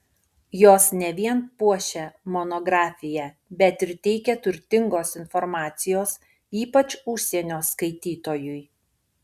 jos ne vien puošia monografiją bet ir teikia turtingos informacijos ypač užsienio skaitytojui